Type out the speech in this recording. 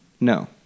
No